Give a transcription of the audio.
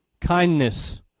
kindness